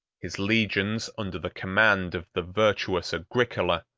his legions, under the command of the virtuous agricola,